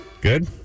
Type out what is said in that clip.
Good